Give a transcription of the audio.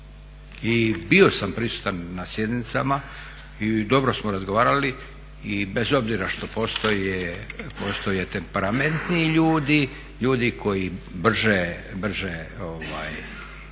bio sam prisutan na sjednicama i dobro smo razgovarali i bez obzira što postoje temperamentniji ljudi, ljudi koji brže